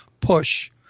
push